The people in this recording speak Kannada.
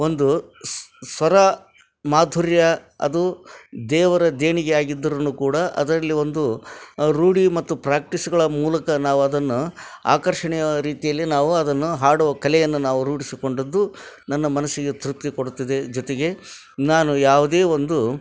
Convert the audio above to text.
ಒಂದು ಸ್ ಸ್ವರ ಮಾಧುರ್ಯ ಅದು ದೇವರ ದೇಣಿಗೆ ಆಗಿದ್ದರೂ ಕೂಡ ಅದರಲ್ಲಿ ಒಂದು ರೂಢಿ ಮತ್ತು ಪ್ರ್ಯಾಕ್ಟೀಸ್ಗಳ ಮೂಲಕ ನಾವು ಅದನ್ನು ಆಕರ್ಷಣೀಯ ರೀತಿಯಲ್ಲಿ ನಾವು ಅದನ್ನು ಹಾಡುವ ಕಲೆಯನ್ನು ನಾವು ರೂಢಿಸಿಕೊಂಡಿದ್ದು ನನ್ನ ಮನಸ್ಸಿಗೆ ತೃಪ್ತಿ ಕೊಡುತ್ತಿದೆ ಜೊತೆಗೆ ನಾನು ಯಾವುದೇ ಒಂದು